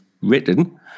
written